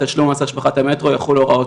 כי אצלנו במדינת ישראל זה חולש